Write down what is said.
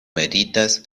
meritas